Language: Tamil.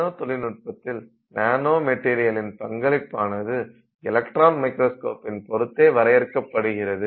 நானோ தொழில்நுட்பத்தில் நானோ மெட்டீரியலின் பங்களிப்பானது எலக்ட்ரான் மைக்ரோஸ்கோப்பின் பொருத்தே வரையருக்கப்படுகிறது